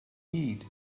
heed